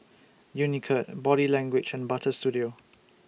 Unicurd Body Language and Butter Studio